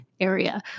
area